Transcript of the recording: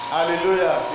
Hallelujah